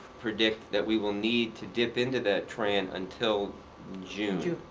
predict that we will need to dip into that tran until june. june.